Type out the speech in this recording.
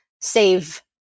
save